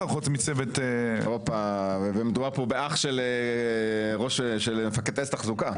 חוץ מצוות מדובר פה באח של מפקד טייסת תחזוקה,